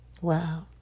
Wow